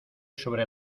sobre